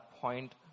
point